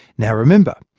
now remember,